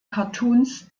cartoons